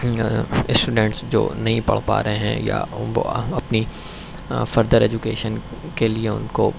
students جو نہیں پڑھ پا رہے ہیں یا وہ اپنی فردر ایجوکیشن کے لیے ان کو